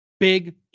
Big